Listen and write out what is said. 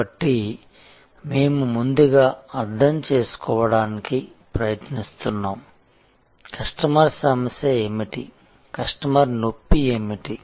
కాబట్టి మేము ముందుగా అర్థం చేసుకోవడానికి ప్రయత్నిస్తున్నాము కస్టమర్ సమస్య ఏమిటి కస్టమర్ నొప్పి ఏమిటి